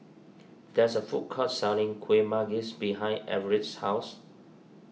there is a food court selling Kueh Manggis behind Everette's house